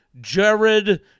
Jared